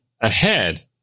ahead